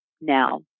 now